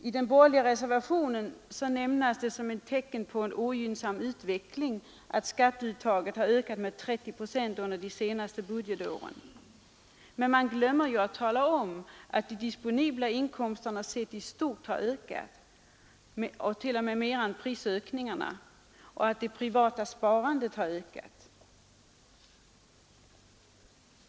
I den borgerliga reservationen nämns det som ett tecken på en ogynnsam utveckling att skatteuttaget har ökat med 30 procent under de tre senaste budgetåren. Men man glömmer att tala om att de disponibla inkomsterna sett i stort ökat mer än priserna och att det privata sparandet ökat.